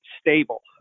stable